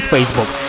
Facebook